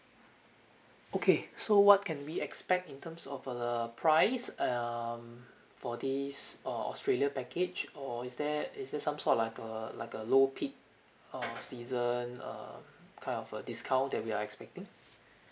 okay so what can we expect in terms of err price um for this uh australia package or is there is there some sort like a like a low peak uh season err kind of uh discount that we are expecting